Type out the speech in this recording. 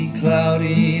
cloudy